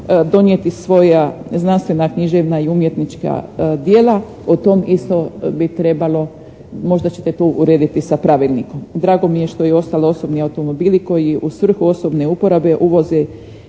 donijeti svoja znanstvena književna i umjetnička djela o tome isto bi trebalo, možda ćete to urediti sa pravilnikom. Drago mi je što je ostalo osobni automobili koji u svrhu osobne uporabe uvoze